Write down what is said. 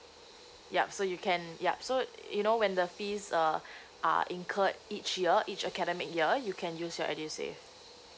yup so you can yup so you know when the fees uh are incurred each year each academic here you can use your edusave